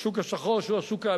בשוק השחור, שהוא השוק האמיתי,